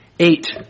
Eight